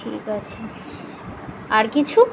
ঠিক আছে আর কিছু